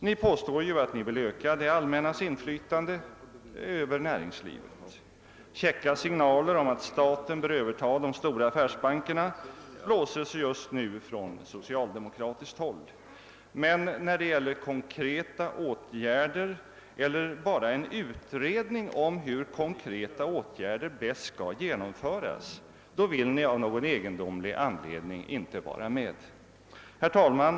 Ni påstår att ni vill öka det allmännas inflytande över näringslivet. Käcka signaler om att staten bör överta de stora affärsbankerna blåses just nu från socialdemokratiskt håll. Men när det gäller konkreta åtgärder eller bara en utredning om hur konkreta åtgärder bäst bör genomföras vill ni av någon egendomlig anledning icke vara med. Herr talman!